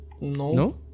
No